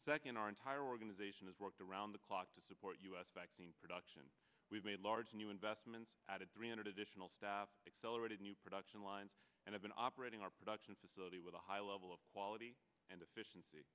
second our entire organization has worked around the clock to support us back to in production we've made large new investments out of three hundred additional stop accelerated new production lines and have been operating our production facility with a high level of quality and efficiency